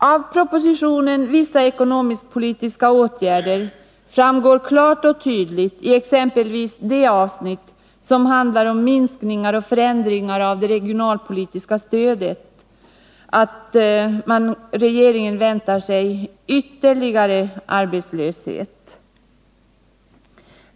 Av propositionen Vissa ekonomisk-politiska åtgärder framgår klart och tydligt i exempelvis det avsnitt som handlar om minskningar och förändringar av det regionalpolitiska stödet, att regeringen väntar sig ytterligare ökad arbetslöshet.